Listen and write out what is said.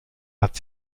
hat